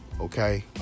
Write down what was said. okay